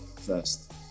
first